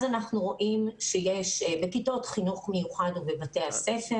אנחנו רואים שיש בכיתות חינוך מיוחד ובבתי הספר,